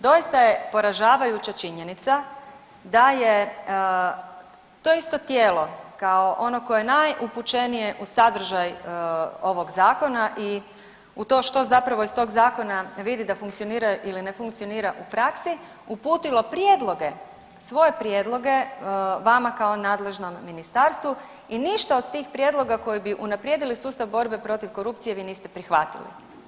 Doista je poražavajuća činjenica da je to isto tijelo kao ono koje je najupućenije u sadržaj ovog zakona i u to što zapravo iz tog zakona vidi da funkcionira ili ne funkcionira u praksi uputilo prijedloge, svoje prijedloge vama kao nadležnom ministarstvu i ništa od tih prijedloga koji bi unaprijedili sustav borbe protiv korupcije vi niste prihvatili.